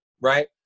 Right